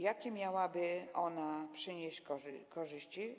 Jakie miałaby ona przynieść korzyści?